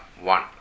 one